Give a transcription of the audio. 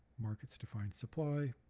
markets define supply,